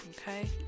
Okay